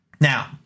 Now